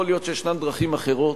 יכול להיות שישנן דרכים אחרות,